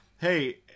Hey